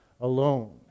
alone